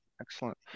Excellent